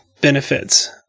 benefits